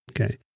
Okay